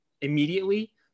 immediately